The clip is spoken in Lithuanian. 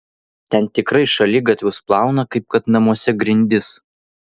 ten tikrai šaligatvius plauna kaip kad namuose grindis